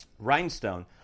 rhinestone